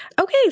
Okay